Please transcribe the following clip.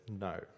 no